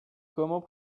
comment